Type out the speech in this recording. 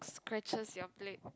scratches your plate